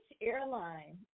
airline